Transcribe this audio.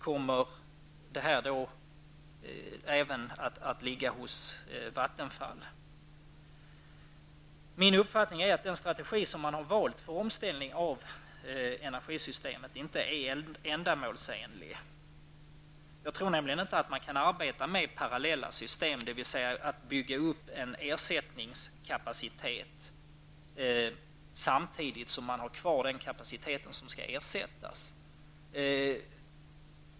Kommer besluten att fattas hos Vattenfall? Min uppfattning är att den strategi som valts för omställning av energisystemet inte är ändamålsenlig. Jag tror inte att man kan arbeta med parallella system, dvs. bygga upp en ersättningskapacitet samtidigt som man har kvar den kapacitet som skall ersättas.